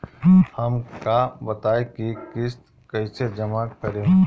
हम का बताई की किस्त कईसे जमा करेम?